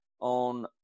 on